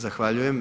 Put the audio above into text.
Zahvaljujem.